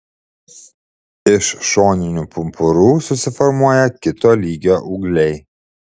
iš šoninių pumpurų susiformuoja kito lygio ūgliai